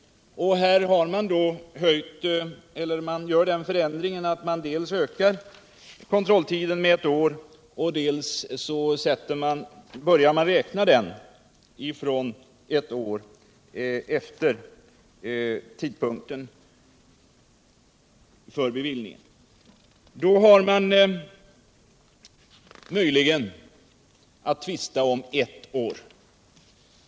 Man vidtar alltså den förändringen att man dels ökar kontrolltiden med ett år, dels räknar den från eu år efter tidpunkten för beviljningen. Då tvistar man möjligen om ett år.